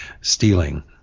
stealing